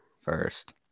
first